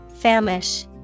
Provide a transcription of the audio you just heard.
Famish